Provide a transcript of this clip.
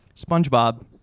SpongeBob